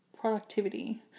Productivity